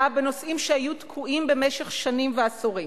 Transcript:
בנושאים שהיו תקועים במשך שנים ועשורים.